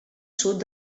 sud